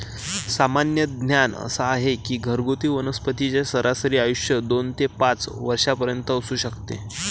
सामान्य ज्ञान असा आहे की घरगुती वनस्पतींचे सरासरी आयुष्य दोन ते पाच वर्षांपर्यंत असू शकते